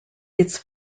its